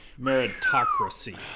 Meritocracy